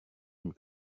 une